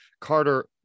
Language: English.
Carter